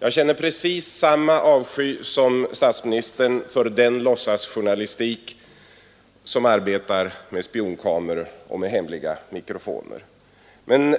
Jag känner precis samma avsky som statsministern för den låtsasjournalistik som arbetar med spionkameror och med hemliga mikrofoner. Men